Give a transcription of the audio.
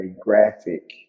graphic